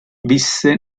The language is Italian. visse